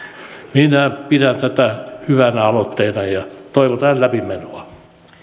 minä pidän tätä hyvänä aloitteena ja toivotaan läpimenoa